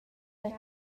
per